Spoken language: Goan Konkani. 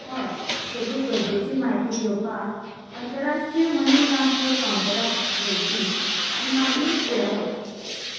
हय सगळी गरजेची म्हायती घेवपाक अंतरराष्ट्रीय मनी ट्रान्स्फर काउंटराक भेट दी आनी मागीर फुडें वच